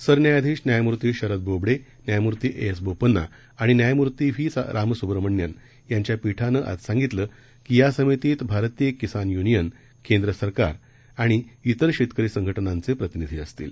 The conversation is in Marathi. सरन्यायाधीश न्यायमूर्ती शरद बोबडे न्यायमूर्ती ए एस बोपन्ना आणि न्यायमूर्ती व्ही रामसुब्रम्ह्मण्यन यांच्या पीठानं आज सांगितलं की या समितीत भारतीय किसान युनियन केंद्र सरकार आणि त्रिर शेतकरी संघटनांचे प्रतिनिधी असतील